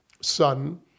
son